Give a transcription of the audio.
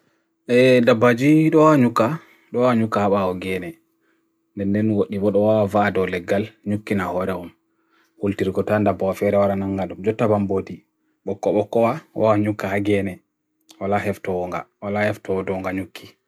Hayreji jangoɓe ɗiɗi ko suufere e hakoreji miijeeji. Hayreji nafoore njahi tawa e tawa subonga jangoɓe, wi'a laawol ngal ngam daande ɓe fowru.